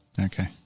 Okay